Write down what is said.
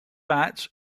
bats